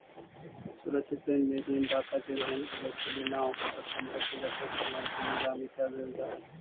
सुरक्षित ऋण में ऋण दाता के धन के वसूली ना होवे पर बंधक के रखल सामान के नीलाम कर देल जा हइ